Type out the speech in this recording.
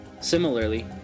Similarly